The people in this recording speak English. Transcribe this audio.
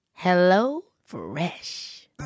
HelloFresh